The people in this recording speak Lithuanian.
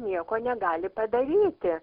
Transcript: nieko negali padaryti